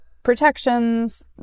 protections